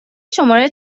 شماره